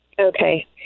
Okay